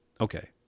Okay